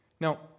Now